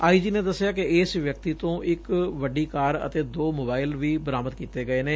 IG ਨੇ ਦੱਸਿਆ ਕਿ ਇਕ ਵਿਅਕਤੀ ਤੋਂ ਇਕ ਵੱਡੀ ਕਾਰ ਅਤੇ ਦੋ ਮੋਬਾਇਲ ਵੀ ਬਰਾਮਦ ਕੀਤੇ ਗਏ ਨੇ